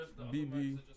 bb